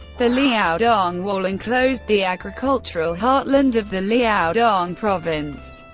the liaodong wall enclosed the agricultural heartland of the liaodong province,